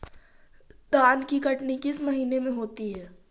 धान की कटनी किस महीने में होती है?